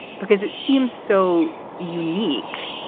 because it seems so unique,